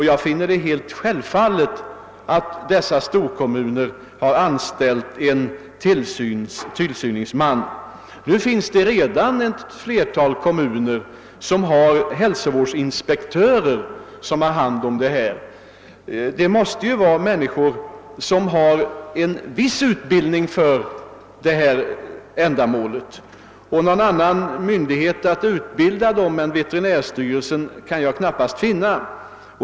Jag finner det självskrivet att dessa storkommuner har anställt en tillsynsman. Det finns redan ett flertal kommuner som har hälsovårdsinspektörer vilka har hand om detta. Det måste vara människor som har en viss utbildning för detta ändamål. Någon annan myndighet att utbilda dem än veterinärstyrelsen kan jag knappast finna.